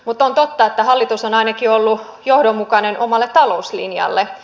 mutta on totta että hallitus on ainakin ollut johdonmukainen omalle talouslinjalleen